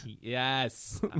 Yes